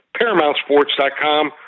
ParamountSports.com